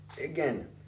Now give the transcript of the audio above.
again